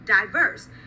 diverse